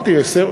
אמרתי, ייעשה.